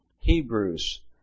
Hebrews